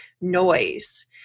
noise